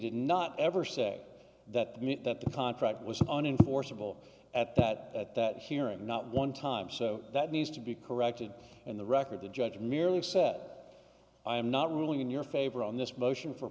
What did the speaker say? did not ever say that that contract was an enforceable at that at that hearing not one time so that needs to be corrected and the record the judge merely said i am not ruling in your favor on this motion for